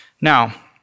Now